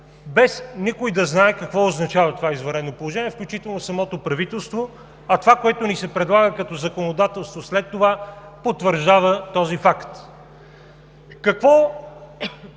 без никой да знае какво означава това извънредно положение, включително и самото правителство, а това, което ни се предлага като законодателство след това, потвърждава този факт.